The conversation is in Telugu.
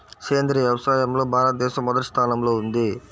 సేంద్రీయ వ్యవసాయంలో భారతదేశం మొదటి స్థానంలో ఉంది